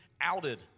outed